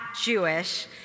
Jewish